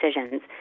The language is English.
decisions